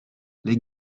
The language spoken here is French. les